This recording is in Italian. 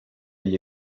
gli